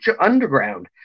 Underground